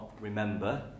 remember